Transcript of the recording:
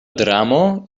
dramo